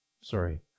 sorry